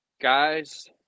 Guys